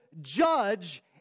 judge